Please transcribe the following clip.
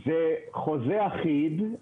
זה חוזה אחיד.